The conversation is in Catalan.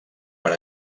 per